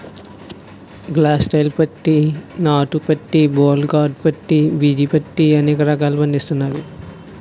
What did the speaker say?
గ్లైసాల్ పత్తి నాటు పత్తి బోల్ గార్డు పత్తి బిజీ పత్తి అనే రకాలు పండిస్తారు